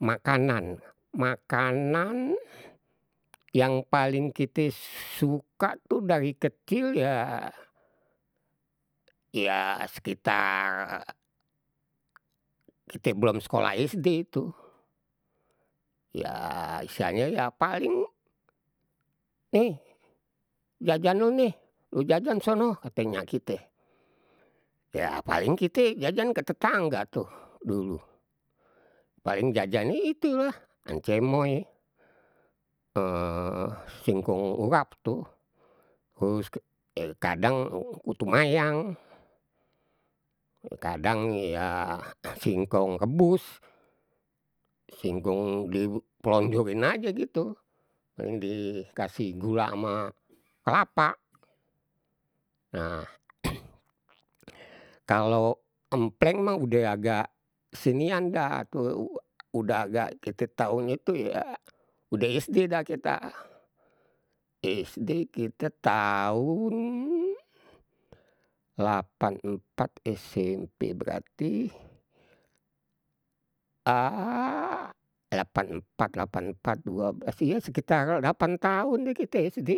Makanan, makanan yang paling kita suka tuh dari kecil ya, ya sekitar, kite belum sekolah SD tuh. Ya istilahnye ya paling nih, jajan lu nih, lu jajan sono kate nyal kite. Ya paling kite jajan ke tetangga tuh dulu. Paling jajannye itu lah, ancemoy, singkong urap tuh. Terus kadang putu mayang, kadang ya singkong rebus, singkong dipelonjorin aja gitu, terus dikasih gula sama kelapa. Nah, kalau empleng mah udeh agak sinian dah, tu udah agak kite tahun itu ya, udah SD dah kita. Sd kita tahun lapan empat smp, berarti lapan empat, lapan empat, dua belas, ya sekitar lapan tahun deh kite sd.